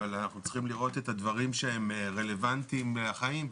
אבל אנחנו צריכים לראות את הדברים שהם רלוונטיים מהחיים,